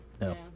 no